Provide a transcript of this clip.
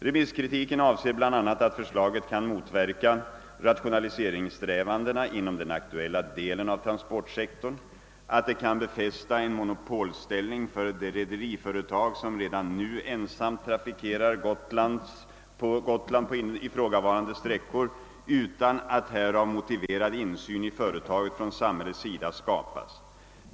Remisskritiken avser bl.a., att förslaget kan motverka rationaliseringssträvandena inom den aktuella delen av transportsektorn, att det kan befästa en monopolställning för det rederiföretag som redan nu ensamt trafikerar Gotland på ifrågavarande sträckor utan att härav motiverad insyn i företaget från samhällets sida skapas.